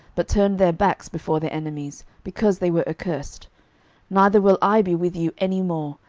but turned their backs before their enemies, because they were accursed neither will i be with you any more,